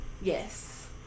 Yes